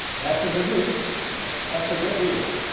that's a good reason that's a good reason